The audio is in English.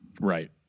Right